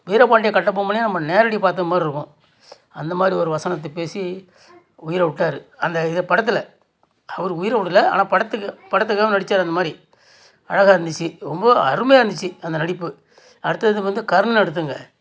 வீரபாண்டிய கட்டபொம்மனே நம்ம நேரடியா பார்த்த மாரிருக்கும் அந்த மாதிரி ஒரு வசனத்தை பேசி உயிரை விட்டாரு அந்த இது படத்தில் அவரு உயிரை விடலை ஆனால் படத்துக்கு படத்துக்காக நடிச்சார் அந்த மாதிரி அழகாக இருந்துச்சு ரொம்ப அருமையாக இருந்துச்சு அந்த நடிப்பு அடுத்தது வந்து கர்ணன் எடுத்துகோங்க